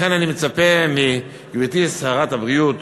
לכן אני מצפה מגברתי שרת הבריאות,